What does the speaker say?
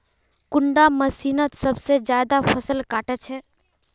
कुंडा मशीनोत सबसे ज्यादा फसल काट छै?